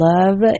Love